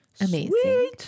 Amazing